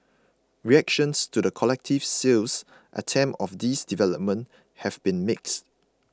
reactions to the collective sales attempt of these developments have been mixed